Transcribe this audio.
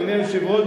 אדוני היושב-ראש,